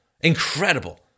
incredible